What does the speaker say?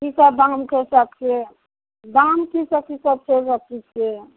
की सब दाम छै सबके दाम की सब की सब छै सब चीजके